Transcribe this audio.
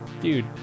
dude